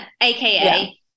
aka